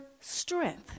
strength